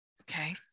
Okay